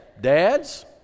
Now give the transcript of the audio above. dads